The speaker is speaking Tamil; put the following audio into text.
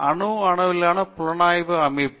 அணு அளவிலான புலனுணர்வு அமைப்பு